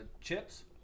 chips